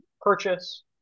purchase